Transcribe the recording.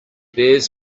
bears